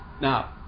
Now